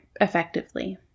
effectively